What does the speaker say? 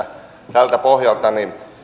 tältä pohjalta